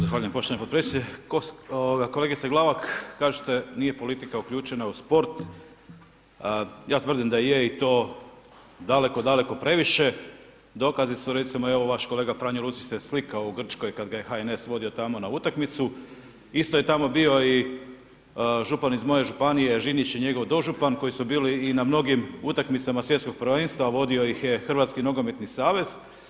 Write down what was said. Zahvaljujem poštovani podpredsjedniče, ovoga kolegice Glavak, kažete nije politika uključena u sport, ja tvrdim da je i to daleko, daleko previše, dokazi su evo recimo vaš kolega Franjo Lucić se slikao u Grčkoj kad ga je HNS vodio tamo na utakmicu isto je tamo bio i župan iz moje županije Žinić i njegov dožupan koji su bili i na mnogim utakmicama Svjetskog prvenstva, vodio ih je Hrvatski nogometni savez.